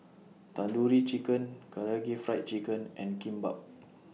Tandoori Chicken Karaage Fried Chicken and Kimbap